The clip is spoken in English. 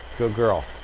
good girl.